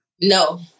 No